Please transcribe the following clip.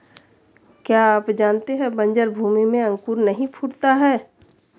क्या आप जानते है बन्जर भूमि में अंकुर नहीं फूटता है?